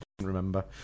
remember